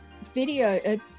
video